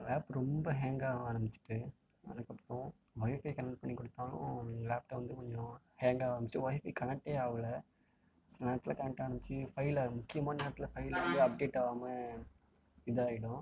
lab ரொம்ப hang ஆக ஆரம்மிச்சிட்டு அதுக்கப்புறம் ஒய்ஃபை கனெக்ட் பண்ணி கொடுத்தாலும் லேப்டாப் வந்து கொஞ்சம் ஹேங் ஆக ஆரம்மிச்சிது ஒய்ஃபை கனெக்ட்டே ஆகல சில நேரத்தில் கனெக்ட் ஆனுச்சி ஃபைலு அது முக்கியமான நேரத்தில் ஃபைல் வந்து அப்டேட் ஆகாம இதாகிடும்